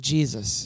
Jesus